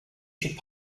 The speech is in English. should